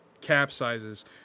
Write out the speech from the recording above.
capsizes